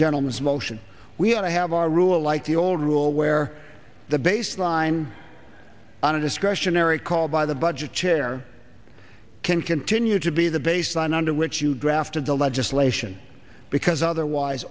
gentleman's motion we ought to have our rule like the old rule where the baseline on a discretionary call by the budget chair can continue to be the baseline under which you drafted the legislation because otherwise